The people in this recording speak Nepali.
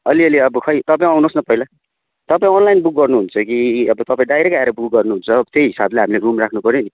अलिअलि अब खै तपाईँ आउनुहोस् न पहिला तपाईँ अनलाइन बुक गर्नुहुन्छ कि अब तपाईँ डाइरेक्ट आएर बुक गर्नुहुन्छ त्यही हिसाबले हामीले रुम राख्नुपऱ्यो नि